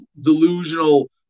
delusional